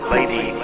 Lady